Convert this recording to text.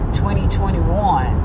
2021